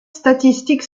statistique